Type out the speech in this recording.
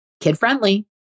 kid-friendly